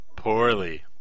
Poorly